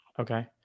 Okay